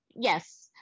Yes